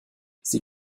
sie